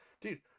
dude